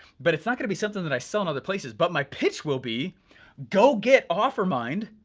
but it's not gonna be something that i sell in other places, but my pitch will be go get offermind,